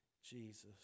Jesus